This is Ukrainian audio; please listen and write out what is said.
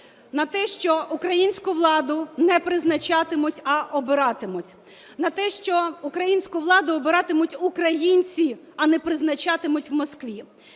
на те, що українську владу не призначатимуть, а обиратимуть, на те, що українську владу обиратимуть українці, а не призначатимуть в Москві.